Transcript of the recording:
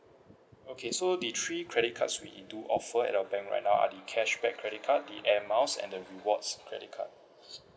okay so the three credit cards we do offer at our bank right now are the cashback credit card the air miles and the rewards credit card